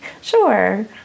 Sure